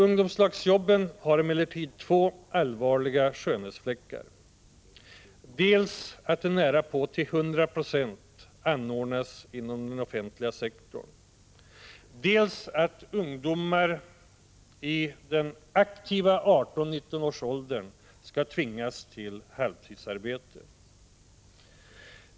Ungdomslagsjobben har emellertid två allvarliga skönhetsfläckar, dels att de till nära 100 96 anordnas inom den offentliga sektorn, dels att ungdomar i den aktiva 18-19-årsåldern tvingas till halvtidsarbete.